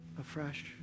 afresh